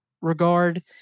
regard